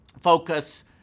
focus